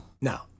No